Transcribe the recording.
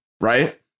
right